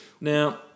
Now